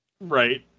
Right